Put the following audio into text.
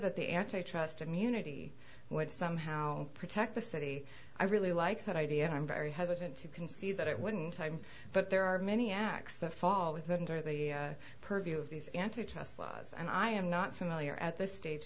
that the antitrust immunity would somehow protect the city i really like that idea and i'm very hesitant to concede that it wouldn't time but there are many acts that fall with under the purview of these antitrust laws and i am not familiar at this stage